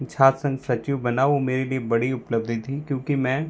छात्र संघ सचिव बना वो मेरी भी बड़ी उपलब्धि थी क्योंकि मैं